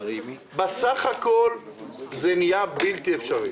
בסך הכול זה נהיה בלתי אפשרי.